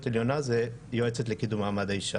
עליונה זה יועצת לקידום מעמד האישה.